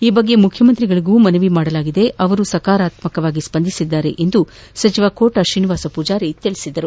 ಈ ಬಗ್ಗೆ ಮುಖ್ಯಮಂತ್ರಿಗಳಿಗೂ ಮನವಿ ಮಾಡಿದ್ದು ಅವರು ಸಕಾರಾತ್ಮಕವಾಗಿ ಸ್ಪಂದಿಸಿದ್ದಾರೆ ಎಂದು ಸಚಿವ ಕೋಟ ಶ್ರೀನಿವಾಸ ಪೂಜಾರಿ ಹೇಳಿದರು